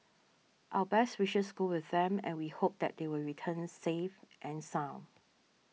our best wishes go with them and we hope that they will return safe and sound